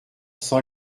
sans